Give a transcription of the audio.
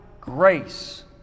grace